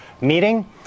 meeting